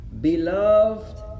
beloved